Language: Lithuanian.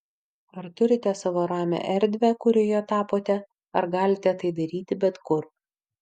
ar turite savo ramią erdvę kurioje tapote ar galite tai daryti bet kur